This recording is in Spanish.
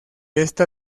esta